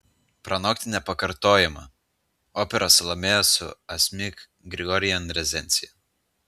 pranokti nepakartojamą operos salomėja su asmik grigorian recenzija